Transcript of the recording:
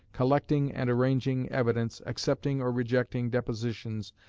collecting and arranging evidence, accepting or rejecting depositions,